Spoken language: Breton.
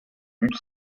dud